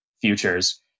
futures